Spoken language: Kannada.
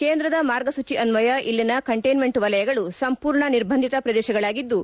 ಕೇಂದ್ರದ ಮಾರ್ಗಸೂಜಿ ಅನ್ವಯ ಇಲ್ಲಿನ ಕಂಟೈನ್ಮೆಂಟ್ ವಲಯಗಳು ಸಂಪೂರ್ಣ ನಿರ್ಬಂಧಿತ ಪ್ರದೇಶಗಳಾಗಿದ್ದು